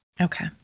Okay